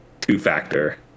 two-factor